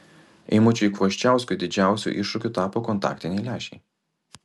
eimučiui kvoščiauskui didžiausiu iššūkiu tapo kontaktiniai lęšiai